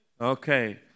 Okay